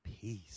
peace